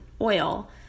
oil